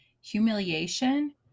humiliation